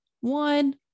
one